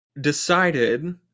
decided